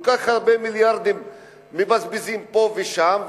כל כך הרבה מיליארדים מבזבזים פה ושם,